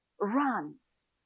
runs